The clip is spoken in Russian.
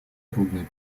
трудные